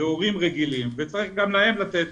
והורים רגילים וצריך גם להם לתת,